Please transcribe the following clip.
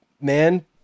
man